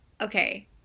Okay